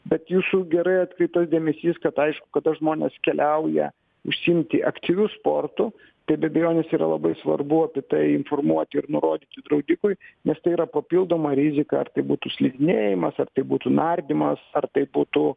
bet jūsų gerai atkreiptas dėmesys kad aišku kada žmonės keliauja užsiimti aktyviu sportu tai be abejonės yra labai svarbu apie tai informuoti ir nurodyti draudikui nes tai yra papildoma rizika ar tai būtų slidinėjimas ar tai būtų nardymas ar tai būtų